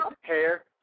Hair